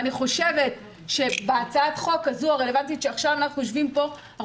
אני חושבת שבהצעת החוק הזאת הרלוונטית שעכשיו אנחנו יושבים פה אנחנו